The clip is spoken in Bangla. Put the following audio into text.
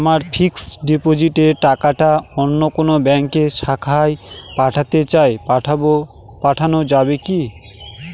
আমার ফিক্সট ডিপোজিটের টাকাটা অন্য কোন ব্যঙ্কের শাখায় পাঠাতে চাই পাঠানো যাবে কি?